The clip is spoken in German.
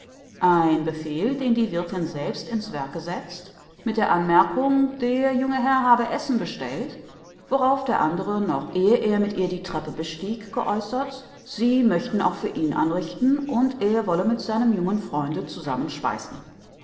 ein befehl den die wirthin selbst in's werk gesetzt mit der anmerkung der junge herr habe essen bestellt worauf der andere noch ehe er mit ihr die treppe bestieg geäußert sie möchten auch für ihn anrichten und er wolle mit seinem jungen freunde